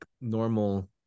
normal